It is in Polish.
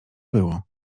było